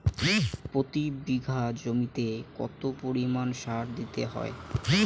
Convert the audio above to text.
প্রতি বিঘা জমিতে কত পরিমাণ সার দিতে হয়?